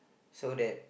so that